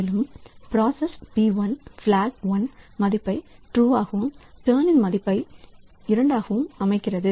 மேலும் process 1 block 1 மதிப்பை true வாகவும் டர்ன் மதிப்பை 2 ஆகவும் அமைக்கிறது